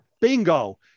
bingo